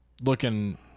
looking